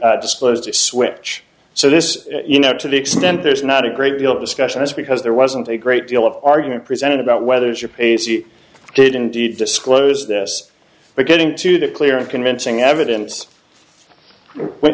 pain disclosed switch so this you know up to the extent there's not a great deal of discussion it's because there wasn't a great deal of argument presented about whether it's your pace you did indeed disclose this but getting to that clear and convincing evidence when